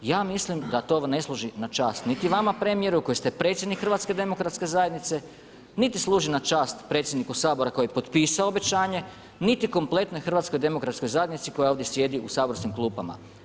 Ja mislim da to ne služi na čast niti vama premijeru, koji ste predsjednik HDZ-a, niti služi na čast predsjedniku Sabora koji je potpisao obećanje, niti kompletnom HDZ-u koji ovdje sjedi u saborskim klupama.